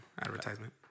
Advertisement